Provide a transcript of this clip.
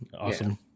Awesome